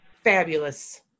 Fabulous